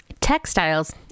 Textiles